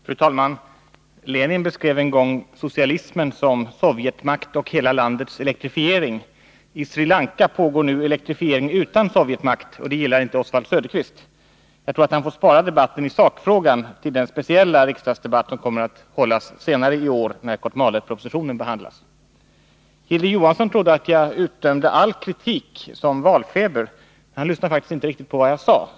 Fru talman! Lenin beskrev en gång socialismen som sovjetmakt plus hela landets elektrifiering. I Sri Lanka pågår nu elektrifiering utan sovjetmakt, och det gillar inte Oswald Söderqvist. Jag tror att han får spara diskussionen i sakfrågan till den speciella riksdagsdebatt som kommer att hållas senare i år när Kotmalepropositionen behandlas. Hilding Johansson trodde att jag utdömde all kritik som valfeber, men då lyssnade han inte på vad jag sade.